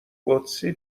قدسی